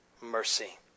mercy